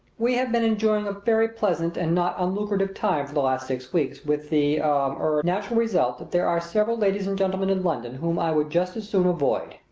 we have been enjoying a very pleasant and not unlucrative time for the last six weeks, with the er natural result that there are several ladies and gentlemen in london whom i would just as soon avoid.